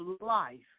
life